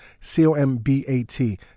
C-O-M-B-A-T